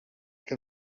que